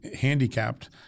handicapped